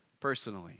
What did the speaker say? personally